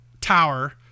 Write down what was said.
Tower